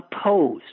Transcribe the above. Oppose